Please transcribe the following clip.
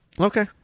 Okay